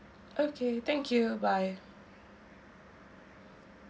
okay thank you bye